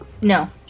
No